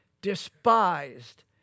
despised